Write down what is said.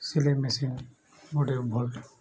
ସିଲେଇ ମେସିନ୍ ଗୋଟେ ଭଲ